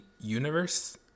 universe